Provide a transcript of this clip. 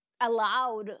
allowed